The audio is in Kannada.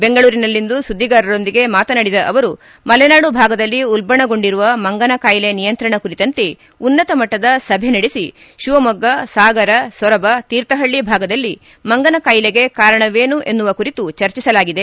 ಬೆಂಗಳೂರಿನಲ್ಲಿಂದು ಸುದ್ದಿಗಾರರೊಂದಿಗೆ ಮಾತನಾಡಿದ ಅವರು ಮಲೆನಾಡು ಭಾಗದಲ್ಲಿ ಉಲ್ಲಣಗೊಂಡಿರುವ ಮಂಗನ ಕಾಯಿಲೆ ನಿಯಂತ್ರಣ ಕುರಿತಂತೆ ಉನ್ನತ ಮಟ್ಟದ ಸಭೆ ನಡೆಸಿ ಶಿವಮೊಗ್ಗ ಸಾಗರ ಸೊರಬ ತೀರ್ಥಹಳ್ಳ ಭಾಗದಲ್ಲಿ ಮಂಗನ ಕಾಯಿಲೆಗೆ ಕಾರಣವೇನು ಎನ್ನುವ ಕುರಿತು ಚರ್ಚಿಸಲಾಗಿದೆ